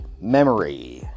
memory